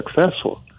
successful